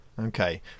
Okay